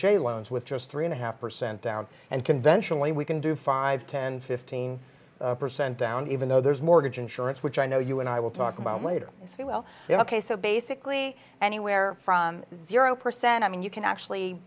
loans with just three and a half percent down and conventionally we can do five ten fifteen percent down even though there's mortgage insurance which i know you and i will talk about later and say well you know ok so basically anywhere from zero percent i mean you can actually